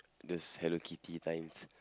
those Hello-Kitty times